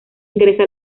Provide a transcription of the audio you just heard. ingresa